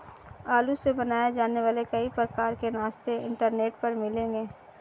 आलू से बनाए जाने वाले कई प्रकार के नाश्ते इंटरनेट पर मिलेंगे